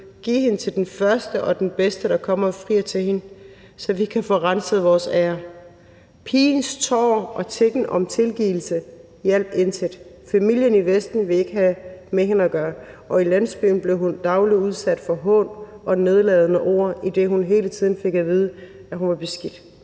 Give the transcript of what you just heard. Giv hende til den første og den bedste, der kommer og frier til hende, så vi kan få renset vores ære. Pigens tårer og tiggen om tilgivelse hjalp intet. Familien i Vesten ville ikke have med hende at gøre, og i landsbyen blev hun dagligt udsat for hån og nedladende ord, idet hun hele tiden fik at vide, at hun var beskidt.